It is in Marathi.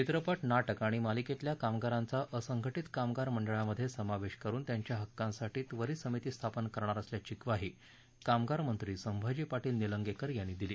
चित्रपट नाटक आणि मालिकेतल्या कामगारांचा असंघटित कामगार मंडळामध्ये समावेश करून त्यांच्या हक्कांसाठी त्वरित समिती स्थापन करणार असल्याची ग्वाही कामगार मंत्री संभाजी पाटील निलंगेकर यांनी दिली